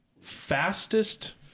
fastest